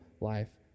life